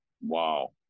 wow